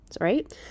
right